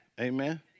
Amen